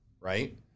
right